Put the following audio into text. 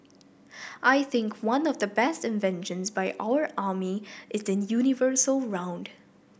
I think one of the best inventions by our army is the universal round